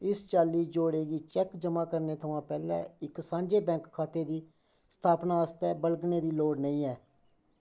इस चाल्ली जोड़े गी चैक्क ज'मा करने थमां पैह्लें इक सांझे बैंक खाते दी स्थापना आस्तै बलगने दी लोड़ नेईं ऐ